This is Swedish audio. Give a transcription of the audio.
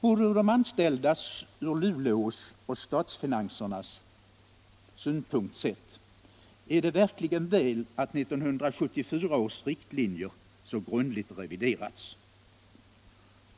Både ur de anställdas, ur Luleås och ur statsfinansernas synpunkt sett är det verkligen väl att 1974 års riktlinjer så grundligt reviderats.